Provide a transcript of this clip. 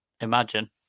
imagine